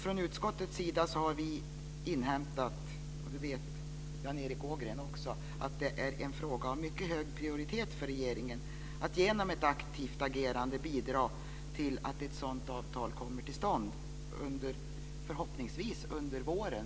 Från utskottets sida har vi inhämtat, och det vet också Jan Erik Ågren, att det är en fråga med mycket hög prioritet för regeringen att genom ett aktivt agerande bidra till att ett sådant avtal kommer till stånd förhoppningsvis under våren.